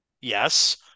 Yes